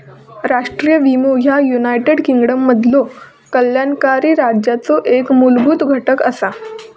राष्ट्रीय विमो ह्या युनायटेड किंगडममधलो कल्याणकारी राज्याचो एक मूलभूत घटक असा